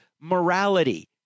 morality